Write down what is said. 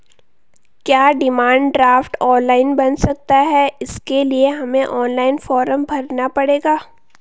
क्या demand draft online बन सकता है इसके लिए हमें ऑनलाइन फॉर्म भरना पड़ेगा?